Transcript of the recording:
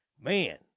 man